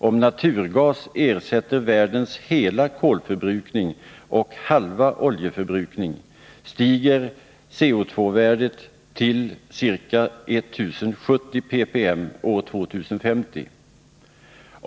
Om naturgas ersätter världens hela kolförbrukning och halva oljeförbrukning, stiger CO,-värdet till ca 1070 ppm år 2050.